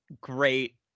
great